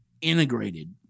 integrated